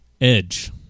Edge